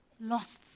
lost